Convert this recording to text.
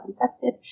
infected